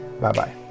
Bye-bye